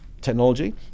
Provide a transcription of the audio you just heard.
technology